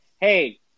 Hey